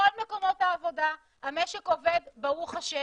בכל מקומות העבודה המשק עובד ברוך ה',